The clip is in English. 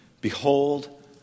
Behold